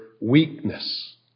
weakness